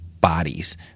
bodies